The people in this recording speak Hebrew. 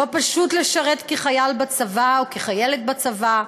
לא פשוט לשרת כחייל בצבא או כחיילת בצבא.